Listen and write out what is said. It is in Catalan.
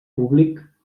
públic